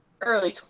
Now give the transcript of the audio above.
early